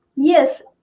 Yes